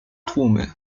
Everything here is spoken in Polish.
tłumy